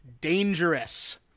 Dangerous